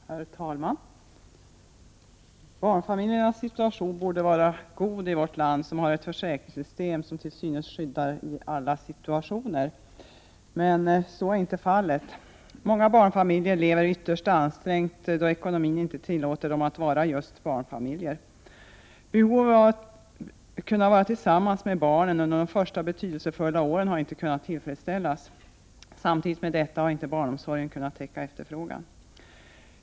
Herr talman! Barnfamiljernas situation borde vara god i vårt land, som har ett försäkringssystem som till synes skyddar i alla situationer. Men så är inte fallet. Många barnfamiljer lever ytterst ansträngt, och ekonomin inte tillåter dem att vara just barnfamiljer. Behovet av att kunna vara tillsammans med barnen under de första betydelsefulla åren har inte kunnat tillfredsställas. Samtidigt med detta har inte barnomsorgen kunnat täcka efterfrågan.